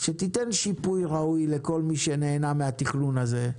שתיתן שיפוי ראוי לכל מי שנהנה מהתכנון הזה,